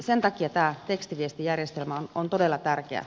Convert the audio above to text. sen takia tämä tekstiviestijärjestelmä on todella tärkeä